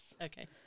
Okay